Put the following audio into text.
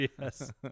yes